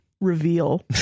reveal